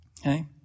Okay